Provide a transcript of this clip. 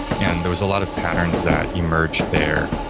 and there was a lot of patterns that emerge there.